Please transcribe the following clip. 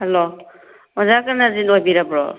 hello ꯑꯣꯖꯥ ꯀꯔꯅꯖꯤꯠ ꯑꯣꯏꯕꯤꯔꯕꯣ